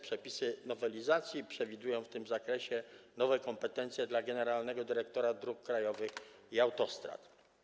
Przepisy nowelizacji przewidują w tym zakresie nowe kompetencje dla generalnego dyrektora dróg krajowych i autostrad.